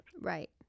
Right